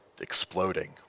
exploding